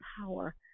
power